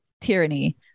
tyranny